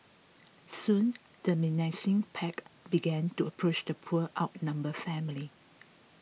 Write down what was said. soon the menacing pack began to approach the poor outnumbered family